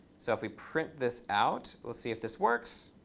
so if we print this out, let's see if this works.